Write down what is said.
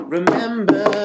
Remember